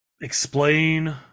explain